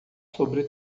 sobre